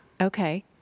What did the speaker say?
Okay